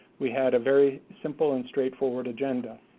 we had a very simple and straightforward agenda.